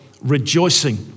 rejoicing